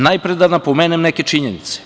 Najpre da napomenem neke činjenice.